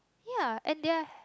ya and they're